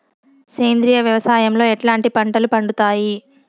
సేంద్రియ వ్యవసాయం లో ఎట్లాంటి పంటలు పండుతాయి